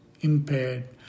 impaired